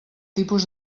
tipus